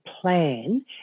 plan